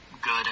good